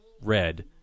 Red